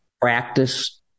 practice